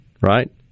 right